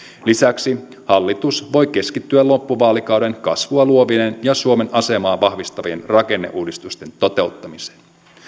lisäksi hallitus voi keskittyä loppuvaalikauden kasvua luovien ja suomen asemaa vahvistavien rakenneuudistusten toteuttamiseen